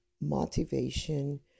motivation